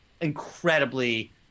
incredibly